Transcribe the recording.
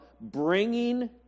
bringing